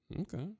Okay